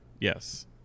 yes